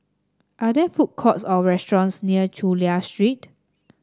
are there food courts or restaurants near Chulia Street